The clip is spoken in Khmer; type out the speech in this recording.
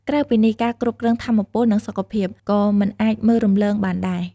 ក្រៅពីនេះ ការគ្រប់គ្រងថាមពល និងសុខភាព ក៏មិនអាចមើលរំលងបានដែរ។